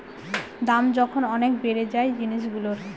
দাম যখন অনেক বেড়ে যায় জিনিসগুলোর